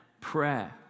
prayer